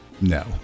No